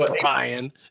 Brian